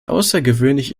außergewöhnliche